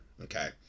Okay